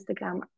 Instagram